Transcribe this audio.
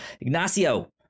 Ignacio